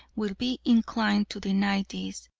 will be inclined to deny this,